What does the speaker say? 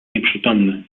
nieprzytomny